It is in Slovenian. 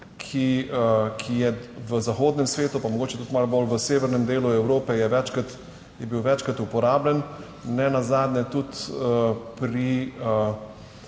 ki je v zahodnem svetu, pa mogoče tudi malo bolj v severnem delu Evrope je večkrat, je bil večkrat uporabljen, nenazadnje tudi pri